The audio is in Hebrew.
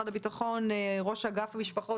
ראש אגף משפחות,